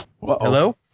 Hello